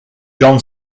jon